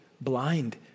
blind